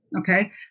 Okay